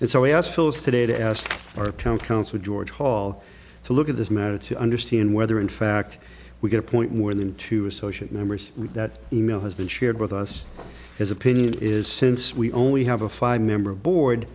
phyllis today to ask our county council george hall to look at this matter to understand whether in fact we could appoint more than two associate members that email has been shared with us his opinion is since we only have a five member board